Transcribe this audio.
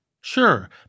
Sure